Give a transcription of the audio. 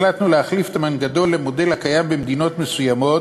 החלטנו להחליף את המנגנון למודל הקיים במדינות מסוימות.